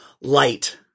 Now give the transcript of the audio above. light